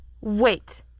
Wait